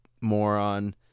moron